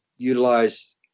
utilize